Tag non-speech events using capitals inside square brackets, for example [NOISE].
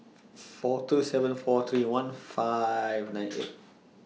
four two seven four twenty one five nine eight [NOISE]